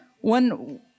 one